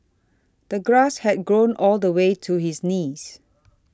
the grass had grown all the way to his knees